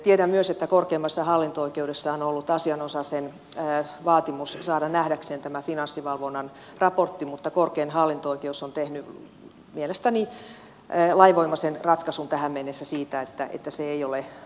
tiedän myös että korkeimmassa hallinto oikeudessa on ollut asianosaisen vaatimus saada nähdäkseen tämä finanssivalvonnan raportti mutta korkein hallinto oikeus on tehnyt mielestäni lainvoimaisen ratkaisun tähän mennessä siitä että se ei ole julkinen